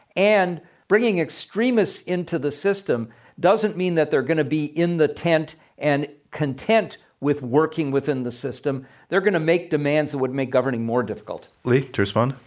and bringing extremists into the system doesn't mean that they're going to be in the tent and content with working within the system. they're going to make demands that would make governing more difficult. lee, respond.